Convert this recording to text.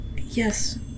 Yes